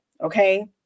Okay